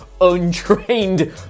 untrained